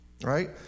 Right